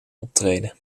optreden